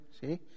see